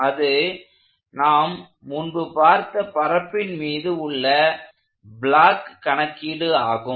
அது நாம் முன்பு பார்த்த பரப்பின் மீது உள்ள பிளாக் கணக்கீடு ஆகும்